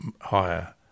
higher